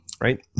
right